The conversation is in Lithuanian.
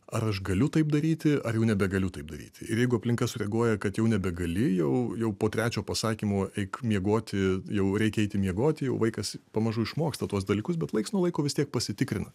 ar aš galiu taip daryti ar jau nebegaliu taip daryti ir jeigu aplinka sureaguoja kad jau nebegali jau jau po trečio pasakymo eik miegoti jau reikia eiti miegoti jau vaikas pamažu išmoksta tuos dalykus bet laiks nuo laiko vis tiek pasitikrina